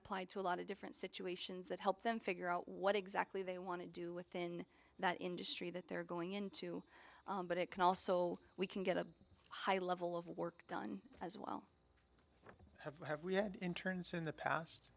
apply to a lot of different situations that help them figure out what exactly they want to do within that industry that they're going into but it can also we can get a high level of work done as well have interns in the past